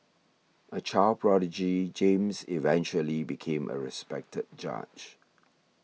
a child prodigy James eventually became a respected judge